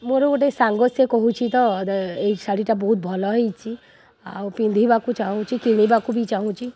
ମୋର ଗୋଟିଏ ସାଙ୍ଗ ସେ କହୁଛି ତ ଏହି ଶାଢ଼ୀ ଟା ବହୁତ ଭଲ ହୋଇଛି ଆଉ ପିନ୍ଧିବାକୁ ଚାହୁଁଛି କିଣିବାକୁ ବି ଚାହୁଁଛି